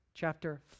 Chapter